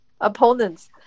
opponents